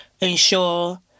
ensure